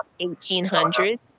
1800s